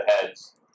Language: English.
heads